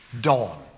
Dawn